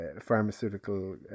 pharmaceutical